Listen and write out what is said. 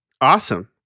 Awesome